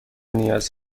نیاز